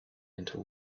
into